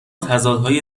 تضادهای